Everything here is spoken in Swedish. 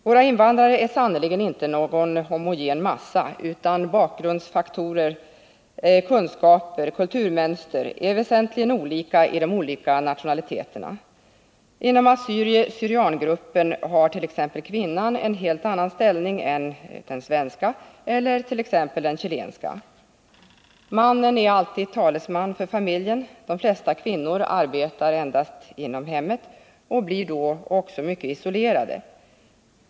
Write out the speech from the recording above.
Våra invandrare är sannerligen inte någon homogen massa, utan bakgrundserfarenheter, kunskaper och kulturmönster är väsentligen olika hos de olika nationaliteterna. Inom assyrie/syriangruppen har t.ex. kvinnan en helt annan ställning än den svenska eller den chilenska kvinnan. Mannen är alltid talesman för familjen. De flesta kvinnor arbetar endast inom hemmet och blir då också mycket isolerade.